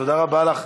תודה רבה לך,